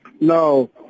No